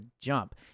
jump